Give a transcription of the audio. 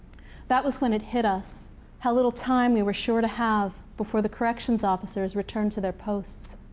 that was when it hit us how little time we were sure to have before the corrections officers returned to their posts.